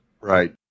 Right